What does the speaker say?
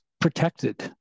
protected